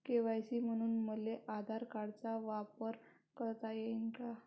KYC म्हनून मले आधार कार्डाचा वापर करता येईन का?